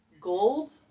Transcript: Gold